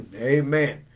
amen